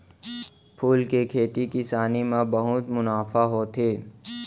फूल के खेती किसानी म बहुत मुनाफा होथे